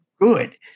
good